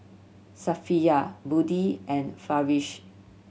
Safiya Budi and Farish